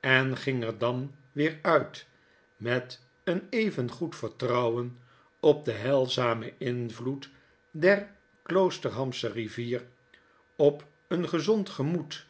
en ging er dan weer uit met een even goed vertrouwen op den heilzamen invloed der kloosierharasche rivier op een gezond gemoed